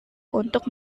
untuk